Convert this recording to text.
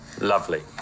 Lovely